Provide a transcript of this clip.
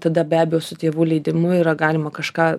tada be abejo su tėvų leidimu yra galima kažką